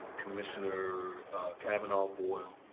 commissioner cavanaugh, boyle,